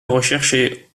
recherches